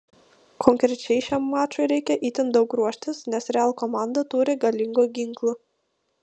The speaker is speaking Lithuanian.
konkrečiai šiam mačui reikia itin daug ruoštis nes real komanda turi galingų ginklų